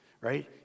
right